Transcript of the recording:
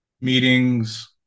meetings